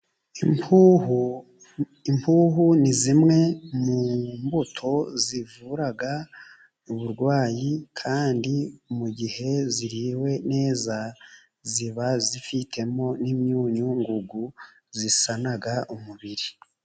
Impuho ni zimwe mu mbuto zivura uburwayi, kandi mu gihe ziriwe neza, ziba zifitemo n'imyunyungugu zisana umubiri.